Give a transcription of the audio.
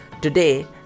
today